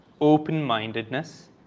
open-mindedness